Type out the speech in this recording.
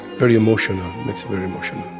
very emotional. it's very emotional